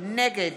נגד